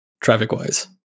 traffic-wise